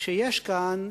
שיש כאן,